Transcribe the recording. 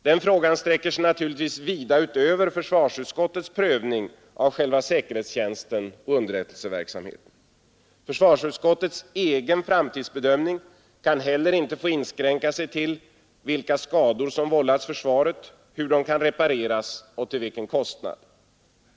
Den frågan sträcker sig naturligtvis vida utöver försvarsutskottets prövning av själva säkerhetstjänsten och underrättelseverksamheten. Försvarsutskottets egen framtidsbedömning kan heller inte få inskränka sig till vilka skador som vållats försvaret, hur de kan repareras och till vilken kostnad.